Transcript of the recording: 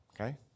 okay